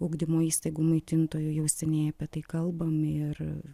ugdymo įstaigų maitintojų jau seniai apie tai kalbam ir